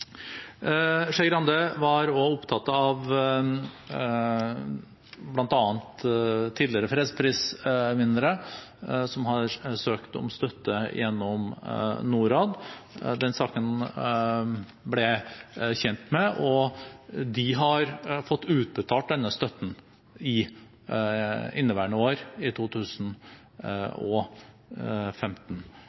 Skei Grande var også opptatt av bl.a. tidligere fredsprisvinnere som har søkt om støtte gjennom Norad. Den saken ble jeg kjent med, og de har fått utbetalt denne støtten i inneværende år, i 2015.